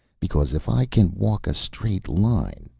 because if i can walk a straight line,